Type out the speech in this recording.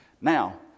Now